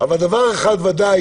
אבל דבר אחד ודאי